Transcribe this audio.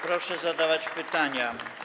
Proszę zadawać pytania.